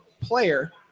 player